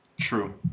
true